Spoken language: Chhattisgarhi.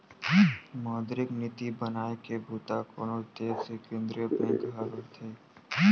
मौद्रिक नीति बनाए के बूता कोनो देस के केंद्रीय बेंक ह करथे